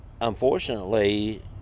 unfortunately